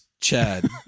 Chad